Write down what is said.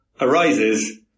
arises